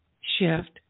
shift